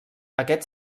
aquest